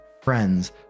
friends